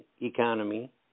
economy